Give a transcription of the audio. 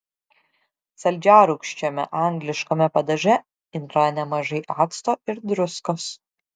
saldžiarūgščiame angliškame padaže yra nemažai acto ir druskos